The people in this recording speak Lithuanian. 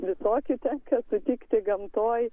visokių tenka sutikti gamtoj